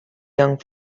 young